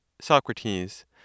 Socrates